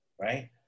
right